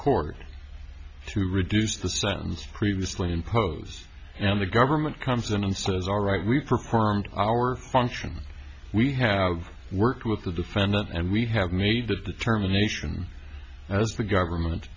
court to reduce the sentence previously impose and the government comes in and says all right we've performed our function we have worked with the defendant and we have made the determination as the government